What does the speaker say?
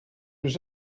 was